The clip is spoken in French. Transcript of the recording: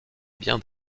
bien